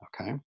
okay